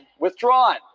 Withdrawn